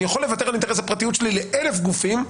אני יכול לוותר על אינטרס הפרטיות שלי לאלף גופים,